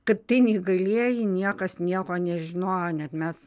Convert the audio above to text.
kad tai neįgalieji niekas nieko nežinojo net mes